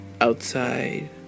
outside